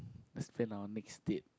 let's plan our next date